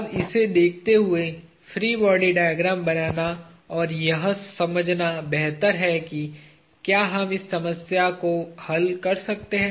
अब इसे देखते हुए फ्री बॉडी डायग्राम बनाना और यह समझना बेहतर है कि क्या हम इस समस्या को हल कर सकते हैं